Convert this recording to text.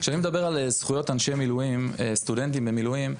כשאני מדבר על זכויות סטודנטים במילואים,